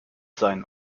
sein